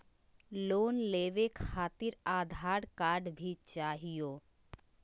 Loan लेवे खातिरआधार card भी चाहियो?